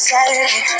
Saturday